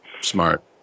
Smart